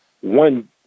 one